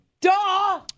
Duh